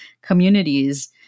communities